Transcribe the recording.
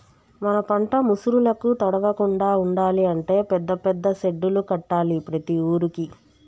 మన పంట ముసురులకు తడవకుండా ఉండాలి అంటే పెద్ద పెద్ద సెడ్డులు కట్టాలి ప్రతి ఊరుకి